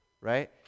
Right